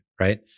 right